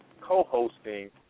co-hosting